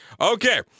Okay